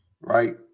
right